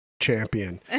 champion